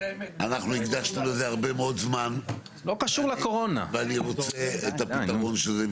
אנחנו הקדשנו לזה הרבה מאוד זמן ואני רוצה את הפתרון של זה.